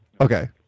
okay